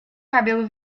cabelo